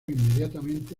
inmediatamente